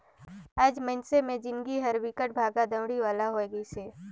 आएज मइनसे मे जिनगी हर बिकट भागा दउड़ी वाला होये गइसे